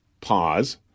pause